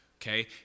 okay